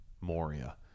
Moria